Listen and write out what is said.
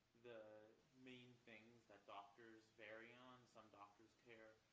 the main things that doctors vary on, some doctors care.